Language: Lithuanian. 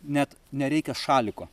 net nereikia šaliko